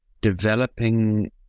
developing